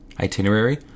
itinerary